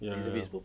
ya